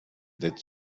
dettes